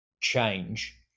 change